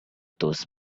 those